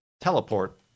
teleport